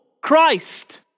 Christ